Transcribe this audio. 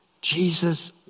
Jesus